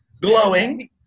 glowing